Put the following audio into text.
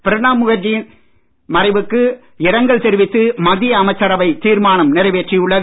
பிரணாப் முகர்ஜியின் மறைவுக்கு இரங்கல் தெரிவித்து மத்திய அமைச்சரவை நிறைவேற்றியுள்ளது